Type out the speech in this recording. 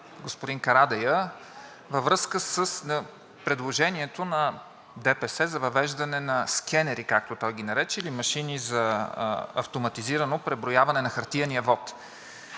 господин Карадайъ във връзка с предложението на ДПС за въвеждане на скенери, както той ги нарече, или машини за автоматизирано преброяване на хартиения вот.